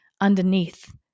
underneath